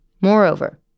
Moreover